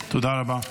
תודה רבה.